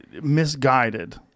misguided